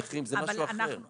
לגבי זה יש כבר תקנות.